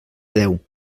deu